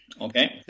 Okay